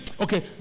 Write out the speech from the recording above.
okay